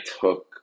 took